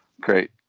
Great